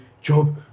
Job